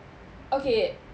okay